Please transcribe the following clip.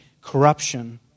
corruption